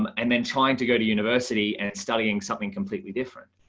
um and then trying to go to university and studying something completely different.